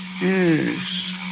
Yes